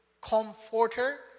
comforter